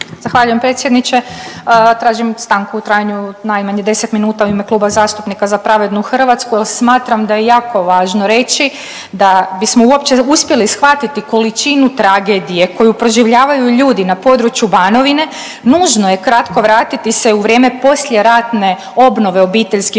Zahvaljujem predsjedniče. Tražim stanku u trajanju najmanje 10 minuta u ime Kluba zastupnika Za pravednu Hrvatsku, jer smatram da je jako važno reći da bismo uopće uspjeli shvatiti količinu tragedije koju proživljavaju ljudi na području Banovine nužno je kratko vratiti se u vrijeme poslijeratne obnove obiteljskih